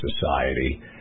society